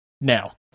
Now